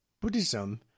Buddhism